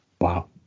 Wow